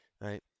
right